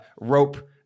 rope